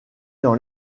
dans